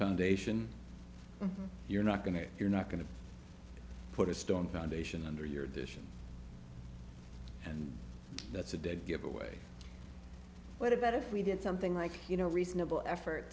foundation you're not going to you're not going to put a stone foundation under your addition and that's a dead giveaway what about if we did something like you know reasonable effort